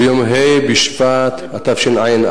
ביום ה' בשבט תשע"א,